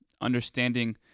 understanding